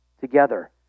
together